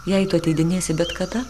jei tu ateidinėsi bet kada